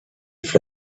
for